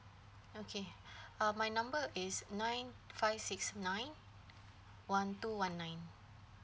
okay uh my number is nine five six nine one two one nine